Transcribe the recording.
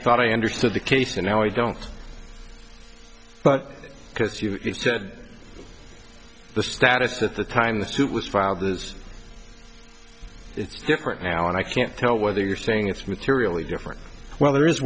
thought i understood the case and now i don't but because you said the status at the time the suit was filed is different now and i can't tell whether you're saying it's materially different well there is